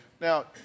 now